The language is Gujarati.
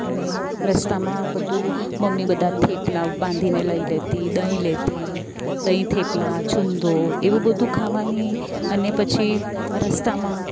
અને રસ્તામાં બધું મમ્મી બધાં થેપલા બાંધીને લઇ લેતી દહીં લેતી દહીં થેપલા છુંદો એવું બધું ખાવાની અને પછી રસ્તામાં